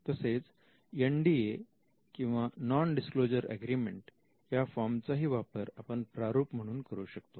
तसेच NDA किंवा non disclosure agreement या फॉर्मचा ही वापर आपण प्रारूप म्हणून करू शकतो